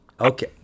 Okay